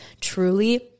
truly